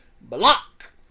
Block